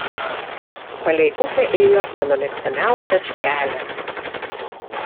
palei upę ėjo mano mėgstamiausias kelias